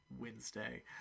Wednesday